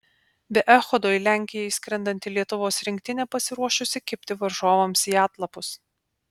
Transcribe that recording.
be echodo į lenkiją išskrendanti lietuvos rinktinė pasiruošusi kibti varžovams į atlapus